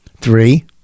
three